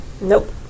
Nope